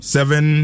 Seven